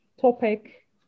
topic